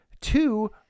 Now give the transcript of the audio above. two